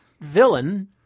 villain